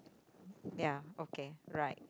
ya okay right